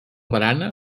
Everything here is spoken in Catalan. barana